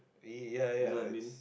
ya ya it's